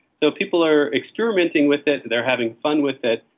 so people are experimenting with it, they are having fun with it,